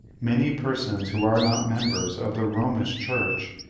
many persons who are not members of the romish church,